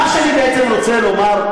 מה שאני בעצם רוצה לומר,